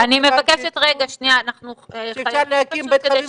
אני חייב להגיד לכם, שאני מאוד מודאג.